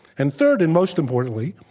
and third, and most importantly,